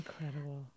Incredible